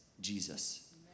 Jesus